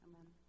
Amen